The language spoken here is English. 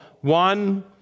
one